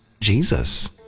Jesus